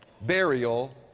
burial